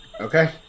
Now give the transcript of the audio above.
Okay